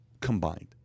combined